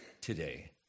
today